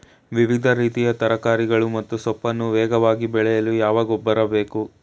ವಿವಿಧ ರೀತಿಯ ತರಕಾರಿಗಳು ಮತ್ತು ಸೊಪ್ಪನ್ನು ವೇಗವಾಗಿ ಬೆಳೆಯಲು ಯಾವ ಗೊಬ್ಬರ ಬೇಕು?